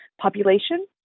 population